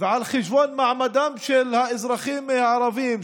ועל חשבון מעמדם של האזרחים הערבים,